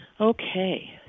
Okay